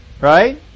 Right